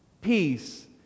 Peace